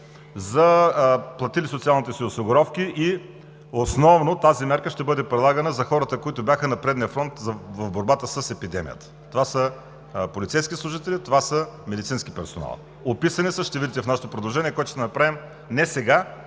за платилите социалните си осигуровки. Основно тази мярка ще бъде прилагана за хората, които бяха на предния фронт в борбата с епидемията. Това са полицейски служители, това са медицински персонал – описани са, ще ги видите в нашето предложение, което ще направим не сега,